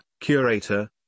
curator